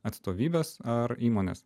atstovybes ar įmones